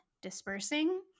dispersing